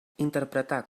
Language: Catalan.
interpretar